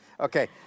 Okay